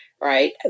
Right